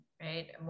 right